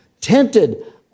tented